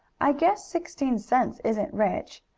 i guess sixteen cents isn't rich.